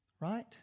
right